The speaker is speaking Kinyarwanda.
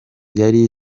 yari